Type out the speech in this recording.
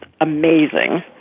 amazing